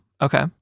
okay